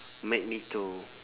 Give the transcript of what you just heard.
magneto